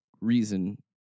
reason